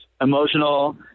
emotional